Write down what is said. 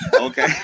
Okay